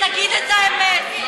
תגיד את האמת.